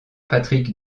patrick